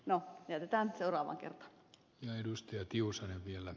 no jätetään seuraavaan kertaan